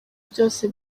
byose